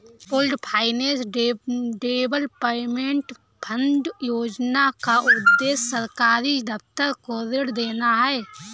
pooled finance development fund योजना का उद्देश्य सरकारी दफ्तर को ऋण देना है